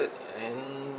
and